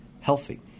healthy